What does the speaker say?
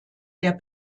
der